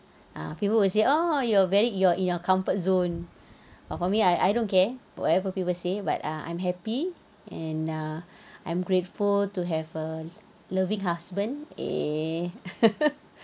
ah people will say oh you're very you're in your comfort zone but for me I I don't care whatever people say but ah I'm happy and uh I'm grateful to have a loving husband eh